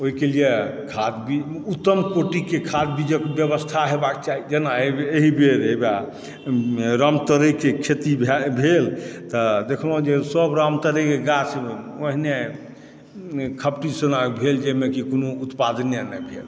ओहिके लिए खाद्य भी उत्तम कोटिकेँ खाद्यबीजके व्यवस्था हेबाक चाही जेना एहि एहि बेर है ओएह रामतोरैके खेती भए भेल तऽ देखलहुँ जे सभ रामतोरैके गाछ पहिने खपटी सनक भेल जाहिमे कोनो उत्पादने नहि भेल